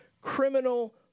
criminal